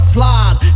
Slide